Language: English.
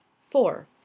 four